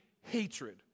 hatred